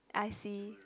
I see